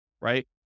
right